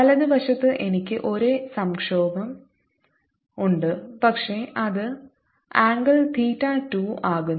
വലതുവശത്ത് എനിക്ക് ഒരേ സംക്ഷോഭം ഉണ്ട് പക്ഷേ ഇത് ആംഗിൾ തീറ്റ 2 ആക്കുന്നു